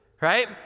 Right